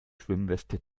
schwimmweste